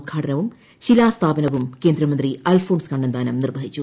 ഉദ്ഘാടനവും ശിലാസ്ഥാപനവും കേന്ദ്രമന്ത്രി അൽഫോൺസ് കണ്ണന്താനം നിർവ്വഹിച്ചു